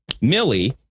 Millie